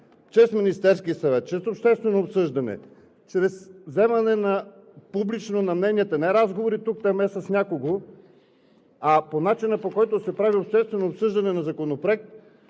чрез Министерския съвет, чрез обществено обсъждане, чрез вземане публично на мненията, не с разговори тук-там с някого, а по начина, по който се прави обществено обсъждане на законопроект